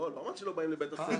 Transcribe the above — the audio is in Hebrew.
לא אמרתי שלא באים לבתי ספר,